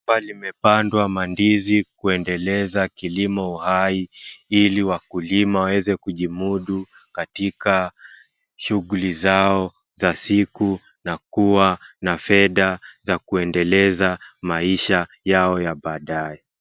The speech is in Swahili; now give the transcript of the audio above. Shamba limepandwa mandizi kuendeleza kilimo uhai, ili wakulima waweze kujimudu katika shuguli zao za siku na kuwa na fedha za kuendeleza maisha yao ya baadae.